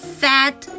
fat